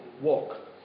walk